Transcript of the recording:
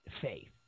faith